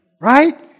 Right